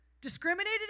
discriminated